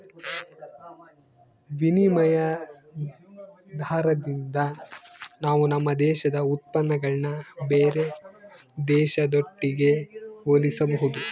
ವಿನಿಮಯ ದಾರದಿಂದ ನಾವು ನಮ್ಮ ದೇಶದ ಉತ್ಪನ್ನಗುಳ್ನ ಬೇರೆ ದೇಶದೊಟ್ಟಿಗೆ ಹೋಲಿಸಬಹುದು